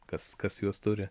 kas kas juos turi